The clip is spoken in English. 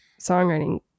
songwriting